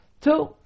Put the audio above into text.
Two